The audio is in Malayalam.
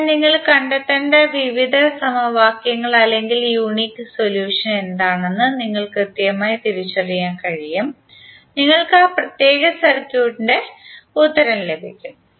അതിനാൽ നിങ്ങൾ കണ്ടെത്തേണ്ട വിവിധ സമവാക്യങ്ങൾ അല്ലെങ്കിൽ യൂണിക് സൊല്യൂഷൻ എന്താണെന്ന് നിങ്ങൾക്ക് കൃത്യമായി തിരിച്ചറിയാൻ കഴിയും നിങ്ങൾക്ക് ആ പ്രത്യേക സർക്യൂട്ടിന്റെ ഉത്തരം ലഭിക്കും